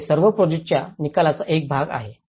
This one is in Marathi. तर हे सर्व प्रोजेक्टांच्या निकालांचा एक भाग आहेत